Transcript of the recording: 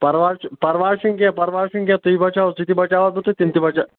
پرواے چھُ پرواے چھُنہٕ کینٛہہ پرواے چھُنہٕ کینٛہہ تُہۍ بَچاوَو ژٕ تہِ بچاوَتھ بہٕ تہٕ تِم تہِ بچا